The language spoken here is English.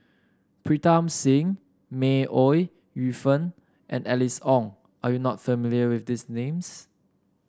Pritam Singh May Ooi Yu Fen and Alice Ong are you not familiar with these names